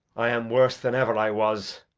i am worse than e'er i was.